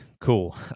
cool